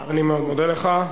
אני מודה לך.